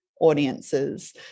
audiences